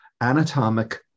anatomic